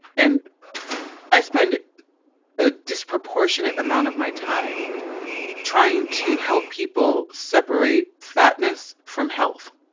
and i spend a disproportionate amount of my time trying to help people separate fatness from health